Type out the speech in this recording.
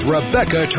Rebecca